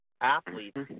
athletes